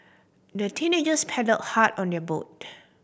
the teenagers paddled hard on their boat